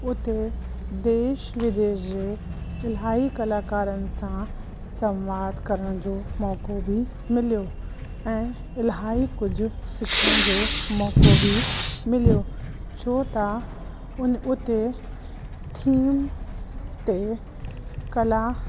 उते देश विदेश जे इलाही कलाकारनि सां संवाद करण जो मौक़ो बि मिलियो ऐं इलाही कुझु सिखण जो मौक़ो बि मिलियो छो त उन उते थीम ते कला